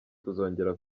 kuzongera